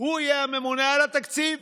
הוא יהיה הממונה על התקציב.